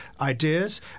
ideas